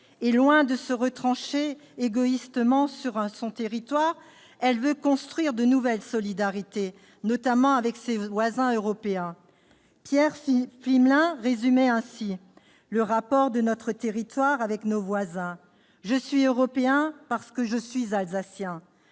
Et, loin de se retrancher égoïstement sur son territoire, elle veut construire de nouvelles solidarités, notamment avec ses voisins européens. Pierre Pflimlin résumait ainsi le rapport de notre territoire avec nos voisins :« Je suis européen parce que je suis alsacien ».